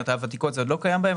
הותיקות זה לא קיים בהם,